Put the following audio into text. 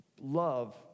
Love